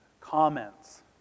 comments